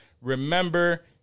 Remember